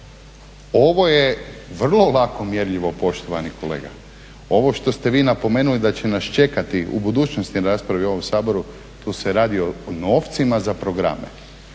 ovo je vrlo lako mjerljivo poštovani kolega. Ovo što ste vi napomenuli da će nas čekati u budućnosti na raspravi u ovom Saboru, tu se radi o novcima za programe,